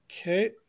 Okay